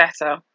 better